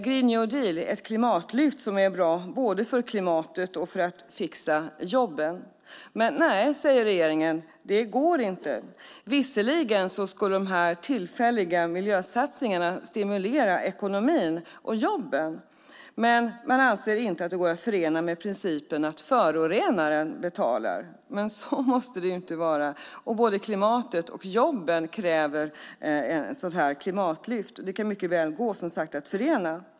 Green New Deal är ett klimatlyft som är bra, både för klimatet och för att fixa jobben. Men regeringen säger nej. Det går inte. Visserligen kommer de tillfälliga miljösatsningarna att stimulera ekonomin och jobben, men man anser inte att det går att förena med principen att förorenaren betalar. Men så måste det inte vara. Både klimatet och jobben kräver ett sådant här klimatlyft. Det kan mycket väl gå att förena, som sagt.